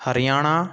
Haryana